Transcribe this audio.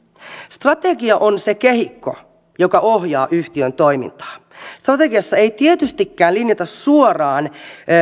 strategia on se kehikko joka ohjaa yhtiön toimintaa strategiassa ei tietystikään linjata suoraan